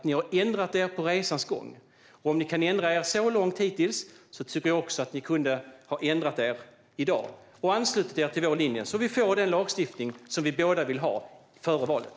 Ni har ändrat er under resans gång. Om ni har ändrat er så långt hittills, hade ni kunnat ändra er i dag och anslutit er till vår linje. Så hade vi fått den lagstiftning som vi båda vill ha före valet.